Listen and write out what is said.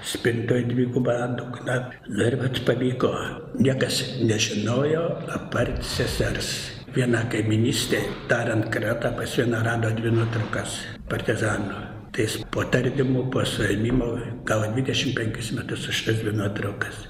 spintoj dvigubą dugną nu ir vat pavyko niekas nežinojo apart sesers viena kaimynystė darant kratą pas vieną rado dvi nuotraukas partizanų tai jis po tardymų po suėmimo gavo dvidešim penkis metus už tas dvi nuotraukas